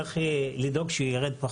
יש לדאוג לצמצום הירידה